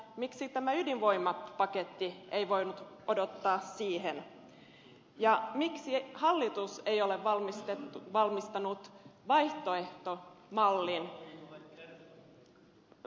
miksi tämä ydinvoimapaketti ei voinut odottaa siihen ja miksi hallitus ei ole valmistanut vaihtoehtomallia eduskunnan käsittelyä varten